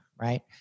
Right